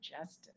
justice